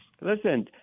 Listen